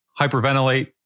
hyperventilate